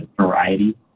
variety